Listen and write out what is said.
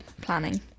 planning